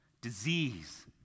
disease